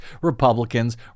Republicans